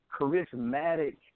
charismatic